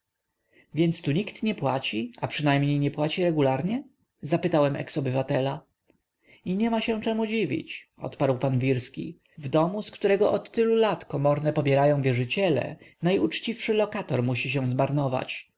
więc tu nikt nie płaci a przynajmniej nie płaci regularnie zapytałem eks-obywatela i niema się czemu dziwić odparł pan wirski w domu z którego od tylu lat komorne pobierają wierzyciele najuczciwszy lokator musi się znarowić